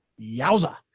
Yowza